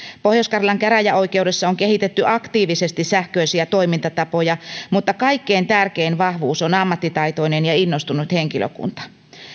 pohjois karjalan käräjäoikeudessa on kehitetty aktiivisesti sähköisiä toimintatapoja mutta kaikkein tärkein vahvuus on ammattitaitoinen ja innostunut henkilökunta